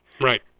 right